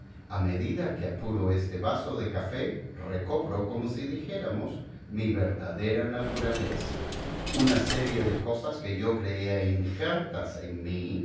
a medida que apuro este vaso de café recobro como si dijéramos mi verdadera naturaleza una serie de cosas que yo creía injertas en mí